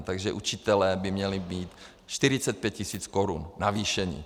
Takže učitelé by měli mít 45 tisíc korun navýšených.